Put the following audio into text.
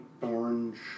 orange